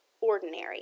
ordinary